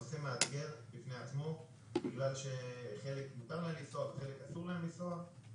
זה נושא מאתגר בפני עצמו בגלל שלחלק מותר לנסוע ולחלק אסור לנסוע.